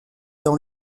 dans